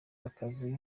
akazi